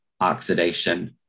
oxidation